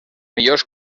millors